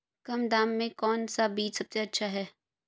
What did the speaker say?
कम दाम में कौन सा बीज सबसे अच्छा है?